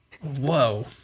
Whoa